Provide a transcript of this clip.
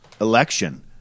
election